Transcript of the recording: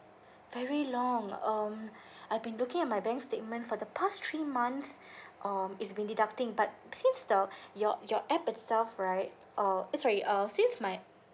very long um I've been looking at my bank statement for the past three months um it's been deducting but since the your your app itself right uh eh sorry uh since my